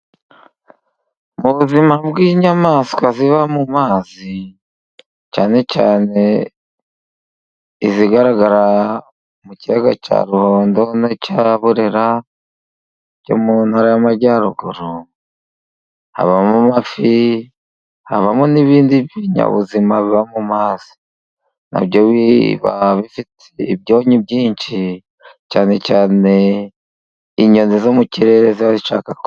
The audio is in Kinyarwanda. Mu buzima bw'inyamaswa ziba mu mazi, cyane cyane izigaragara mu kiyaga cya Ruhondo n'icya Burera byo mu Ntara y'Amajyaruguru, habamo amafi, habamo n'ibindi binyabuzima biba mu mazi. Na byo biba bifite ibyonnyi byinshi cyane cyane inyoni zo mu kirere ziba zishaka...